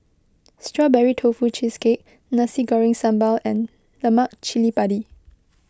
Strawberry Tofu Cheesecake Nasi Goreng Sambal and Lemak Cili Padi